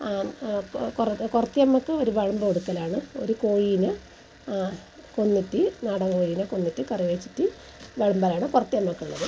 an കുറത്തി അമ്മയ്ക്ക് ഒരു വഴമ്പ് കൊടുക്കലാണ് ഒരു കോഴിനെ കൊന്നിട്ട് നാടൻ കോഴിനെ കൊന്നിട്ട് കറി വെച്ചിട്ട് വിളമ്പലാണ് കുറത്തിയമ്മക്കുള്ളത്